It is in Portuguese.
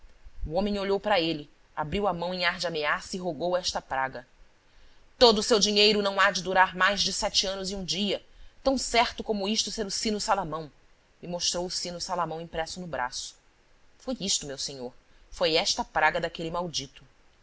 o homem olhou para ele abriu a mão em ar de ameaça e rogou esta praga todo o seu dinheiro não há de durar mais de sete anos e um dia tão certo como isto ser o sino salamão e mostrou o sino salamão impresso no braço foi isto meu senhor foi esta praga daquele maldito